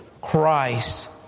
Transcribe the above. Christ